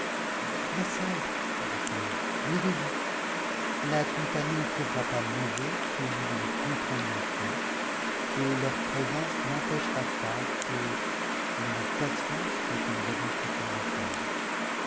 ma soeur lui dit-elle levez-vous la compagnie ne trouvera pas mauvais que nous ne nous contraignions point et leur présence n'empêchera pas que nous ne fassions ce que nous avons coutume de faire